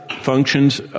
functions